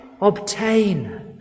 Obtain